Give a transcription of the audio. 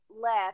left